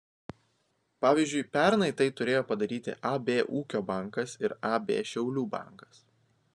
pavyzdžiui pernai tai turėjo padaryti ab ūkio bankas ir ab šiaulių bankas